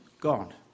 God